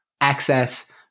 access